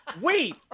wait